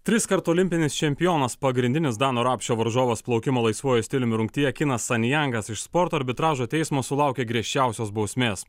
triskart olimpinis čempionas pagrindinis dano rapšio varžovas plaukimo laisvuoju stiliumi rungtyje kinas san jangas iš sporto arbitražo teismo sulaukė griežčiausios bausmės